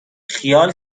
خیال